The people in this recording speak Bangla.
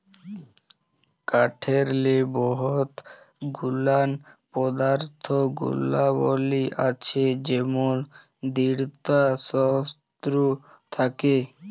কাঠেরলে বহুত গুলান পদাথ্থ গুলাবলী আছে যেমল দিঢ়তা শক্ত থ্যাকে